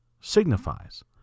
signifies